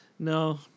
No